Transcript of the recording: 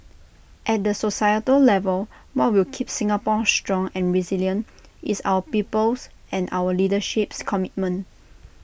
at the societal level what will keep Singapore strong and resilient is our people's and our leadership's commitment